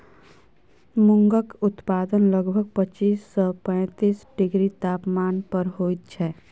मूंगक उत्पादन लगभग पच्चीस सँ पैतीस डिग्री तापमान पर होइत छै